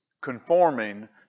conforming